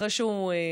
אחרי שהוא נולד,